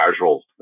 casual